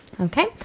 Okay